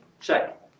Check